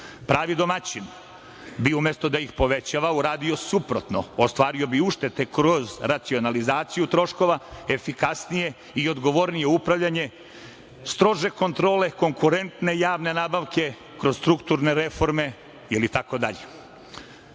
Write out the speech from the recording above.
60%.Pravi domaćin bi umesto da ih povećava uradio suprotno, ostvario bi uštede kroz racionalizaciju troškova, efikasnije i odgovornije upravljanje, strože kontrole, konkurentne javne nabavke kroz strukturne reforme itd. Drugi